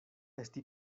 esti